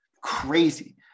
crazy